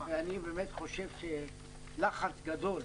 אני חושב שלחץ גדול,